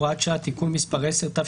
(הוראת שעה) (תיקון מס' 10) (הארכת תוקף והוראות נוספות),